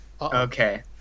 Okay